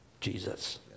Jesus